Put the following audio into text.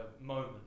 moment